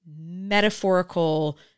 metaphorical